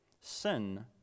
Sin